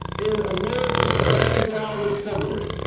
in america's fragile recovery,